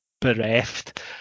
bereft